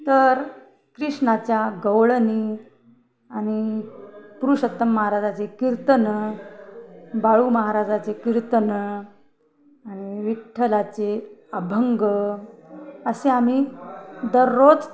तर कृष्णाच्या गवळणी आणि पुरुषोत्तम महाराजाचे कीर्तनं बाळू महाराजाचे कीर्तनं आणि विठ्ठलाचे अभंग असे आम्ही दररोज